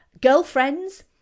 girlfriends